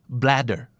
bladder